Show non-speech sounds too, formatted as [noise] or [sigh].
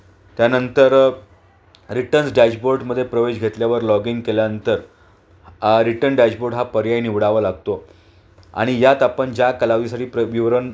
त्यानंतर रिटन्स डॅशबोर्डमध्ये प्रवेश घेतल्यावर लॉगिन केल्यानंतर रिटर्न डॅशबोर्ड हा पर्याय निवडावा लागतो आणि यात आपण ज्या [unintelligible] प्र विवरण